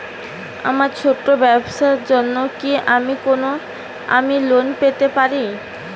আমার ছোট্ট ব্যাবসার জন্য কি আমি লোন পেতে পারি?